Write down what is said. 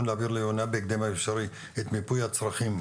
להעביר לנו בהקדם האפשרי את מיפוי הצרכים,